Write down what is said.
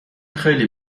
خیلی